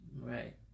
right